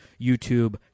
YouTube